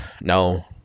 no